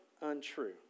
untrue